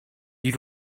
you